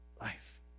life